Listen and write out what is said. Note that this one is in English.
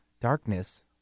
darkness